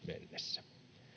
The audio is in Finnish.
mennessä